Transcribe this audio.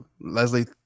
Leslie